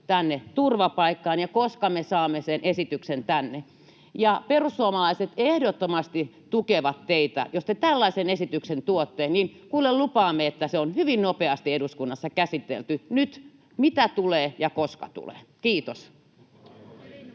tänne turvapaikkaa? Ja koska me saamme sen esityksen tänne? Perussuomalaiset ehdottomasti tukevat teitä. Jos te tällaisen esityksen tuotte, niin, kuulkaa, lupaamme, että se on hyvin nopeasti eduskunnassa käsitelty. Nyt: mitä tulee, ja koska tulee? — Kiitos.